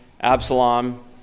Absalom